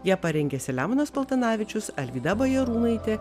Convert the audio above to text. ją parengė selemonas paltanavičius alvyda bajarūnaitė